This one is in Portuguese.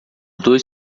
dois